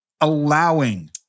allowing